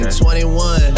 21